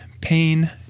pain